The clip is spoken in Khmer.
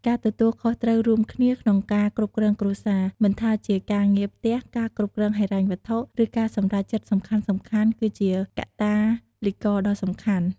ការទទួលខុសត្រូវរួមគ្នាក្នុងការគ្រប់គ្រងគ្រួសារ មិនថាជាការងារផ្ទះ ការគ្រប់គ្រងហិរញ្ញវត្ថុ ឬការសម្រេចចិត្តសំខាន់ៗ គឺជាកាតាលីករដ៏សំខាន់។